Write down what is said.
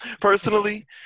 personally